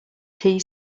tea